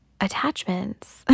attachments